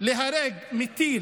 להיהרג מטיל